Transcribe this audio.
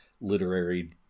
literary